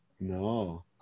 No